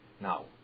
Now